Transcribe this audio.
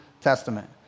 Testament